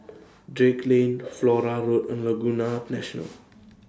Drake Lane Flora Road and Laguna National